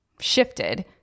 shifted